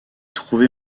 trouvée